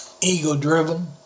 ego-driven